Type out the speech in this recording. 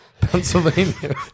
pennsylvania